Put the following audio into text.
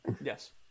Yes